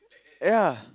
ya